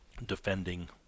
defending